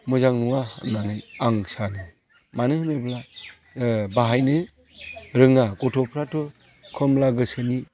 मोजां नङा होननानै आं सानो मानो होनोब्ला बाहायनो रोङा गथ'फ्राथ' खमल गोसोनि